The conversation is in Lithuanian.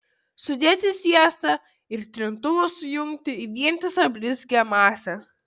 sudėti sviestą ir trintuvu sujungti į vientisą blizgią masę